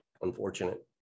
Unfortunate